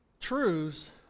truths